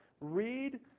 read